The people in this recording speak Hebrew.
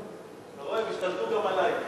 אתה רואה, הם השתלטו גם עלי.